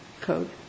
code